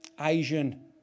Asian